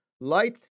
Light